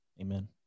amen